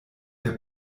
der